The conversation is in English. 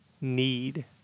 need